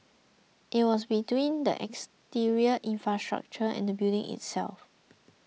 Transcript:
it was between the exterior infrastructure and the building itself